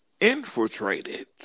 infiltrated